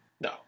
No